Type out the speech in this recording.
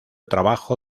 trabajo